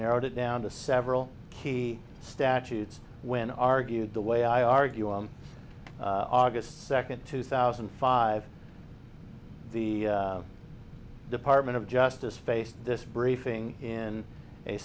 narrowed it down to several key statutes when argued the way i argue august second two thousand and five the the department of justice faced this briefing in a